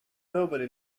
nobody